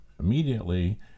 immediately